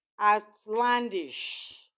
Outlandish